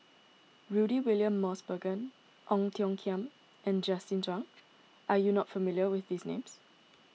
Rudy William Mosbergen Ong Tiong Khiam and Justin Zhuang are you not familiar with these names